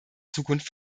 zukunft